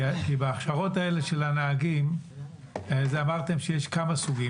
בהכשרות האלה של הנהגים אמרתם שיש כמה סוגים.